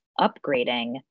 upgrading